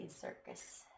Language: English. Circus